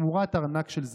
תמורת ארנק של זהובים.